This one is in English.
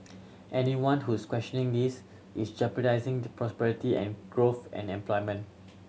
anyone who is questioning this is jeopardising the prosperity and growth and employment